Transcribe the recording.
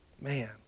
man